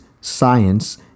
science